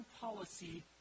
policy